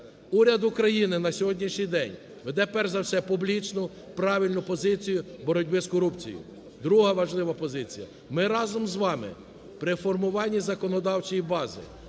Уряд України на сьогоднішній день веде, перша за все публічну, правильну позицію боротьби з корупцією. Друга важлива позиція. Ми разом з вами при формуванні законодавчої бази